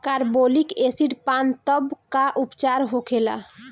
Carbolic acid पान तब का उपचार होखेला?